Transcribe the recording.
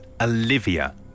Olivia